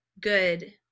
good